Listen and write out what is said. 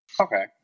Okay